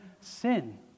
sin